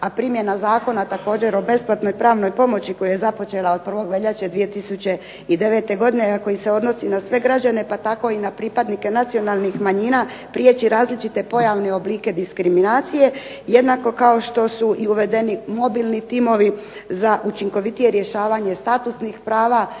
a primjena zakona također o besplatnoj pravnoj pomoći koji je započela od 1. veljače 2009. godine, a koji se odnosi na sve građane pa tako i na pripadnike nacionalnih manjina prijeći različite pojavne oblike diskriminacije, jednako kao što su i uvedeni mobilni timovi za učinkovitije rješavanje statusnih prava